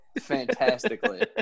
fantastically